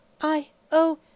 I—oh